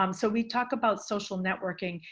um so we talk about social networking,